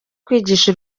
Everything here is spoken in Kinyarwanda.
kwigisha